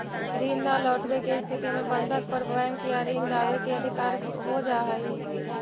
ऋण न लौटवे के स्थिति में बंधक पर बैंक या ऋण दावे के अधिकार हो जा हई